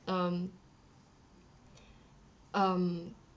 um um